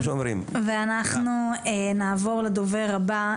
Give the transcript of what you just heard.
אנחנו נעבור לדובר הבא,